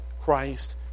Christ